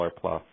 plus